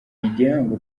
igihango